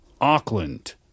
Auckland